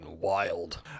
wild